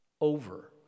Over